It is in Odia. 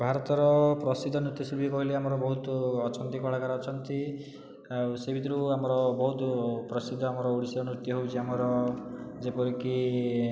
ଭାରତର ପ୍ରସିଦ୍ଧ ନୃତ୍ୟ ଶିଳ୍ପୀ କହିଲେ ଆମର ବହୁତ ଅଛନ୍ତି କଳାକାର ଅଛନ୍ତି ଆଉ ସେହି ଭିତରୁ ଆମର ବହୁତ ପ୍ରସିଦ୍ଧ ଆମର ଓଡ଼ିଶୀ ନୃତ୍ୟ ହେଉଛି ଆମର ଯେପରିକି